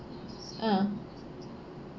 ah